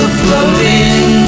floating